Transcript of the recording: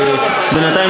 כי בינתיים,